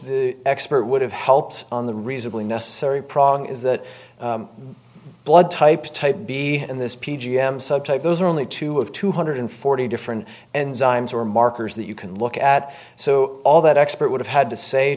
the expert would have helped on the reasonably necessary prong is that blood type a type b in this p g m subtype those are only two of two hundred forty different and zines are markers that you can look at so all that expert would have had to say